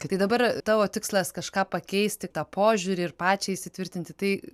tai dabar tavo tikslas kažką pakeisti tą požiūrį ir pačiai įsitvirtinti tai